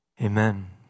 Amen